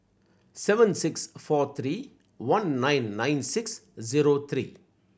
seven six four three one nine nine six zero three